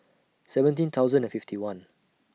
seventeen thousand and fifty one